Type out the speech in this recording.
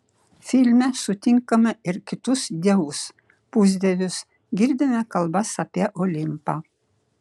filme sutinkame ir kitus dievus pusdievius girdime kalbas apie olimpą